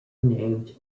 named